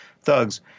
thugs